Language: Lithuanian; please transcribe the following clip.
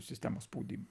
sistemos spaudimo